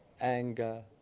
anger